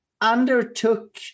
undertook